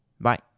bye